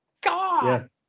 God